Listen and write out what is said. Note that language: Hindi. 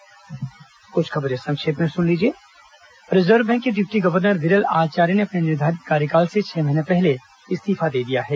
संक्षिप्त समाचार कुछ अन्य खबरें संक्षिप्त में रिजर्व बैंक के डिप्टी गवर्नर विरल आचार्य ने अपने निर्धारित कार्यकाल से छह महीने पहले इस्तीफा दे दिया है